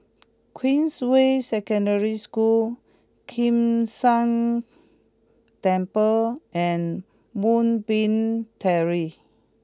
Queensway Secondary School Kim San Temple and Moonbeam Terrace